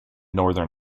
northern